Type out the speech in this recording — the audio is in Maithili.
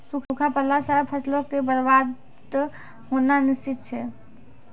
सूखा पड़ला से फसलो के बरबाद होनाय निश्चित छै